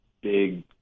big